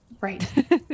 Right